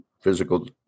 physical